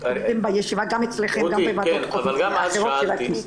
בישיבה גם אצלכם וגם בוועדות אחרות של הכנסת.